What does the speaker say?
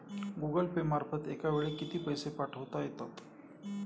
Google Pay मार्फत एका वेळी किती पैसे पाठवता येतात?